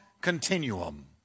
continuum